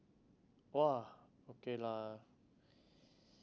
!wah! okay lah